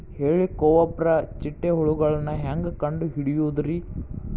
ಹೇಳಿಕೋವಪ್ರ ಚಿಟ್ಟೆ ಹುಳುಗಳನ್ನು ಹೆಂಗ್ ಕಂಡು ಹಿಡಿಯುದುರಿ?